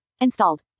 installed